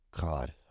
god